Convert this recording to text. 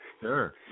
Sure